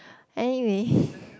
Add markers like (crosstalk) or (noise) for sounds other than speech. anyway (breath)